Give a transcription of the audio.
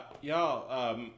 Y'all